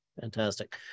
Fantastic